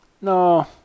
No